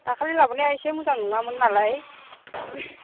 दाखालि लाबोनाया इसे मोजां नङामोन नालाय